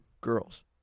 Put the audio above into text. girls